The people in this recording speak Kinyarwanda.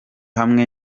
hamwe